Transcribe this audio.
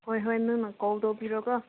ꯍꯣꯏ ꯍꯣꯏ ꯅꯪꯅ ꯀꯣꯜ ꯇꯧꯕꯤꯔꯣ ꯀꯣ